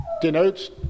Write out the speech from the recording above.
denotes